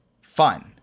fun